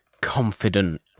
confident